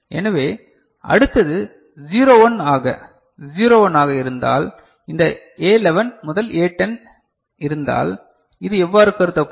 எனவே அடுத்தது 01 ஆக 01 ஆக இருந்தால் இந்த A11 முதல் A10 இருந்தால் இது இவ்வாறு கருதப்படும்